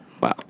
wow